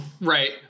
right